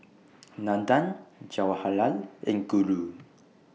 Nandan Jawaharlal and Guru